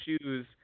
shoes